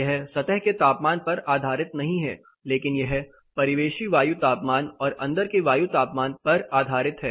यह सतह के तापमान पर आधारित नहीं है लेकिन यह परिवेशी वायु तापमान और अंदर के वायु तापमान पर आधारित है